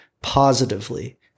positively